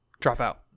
dropout